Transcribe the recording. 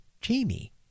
Jamie